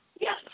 Yes